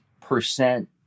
percent